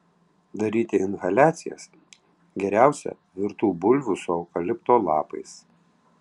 daryti inhaliacijas geriausia virtų bulvių su eukalipto lapais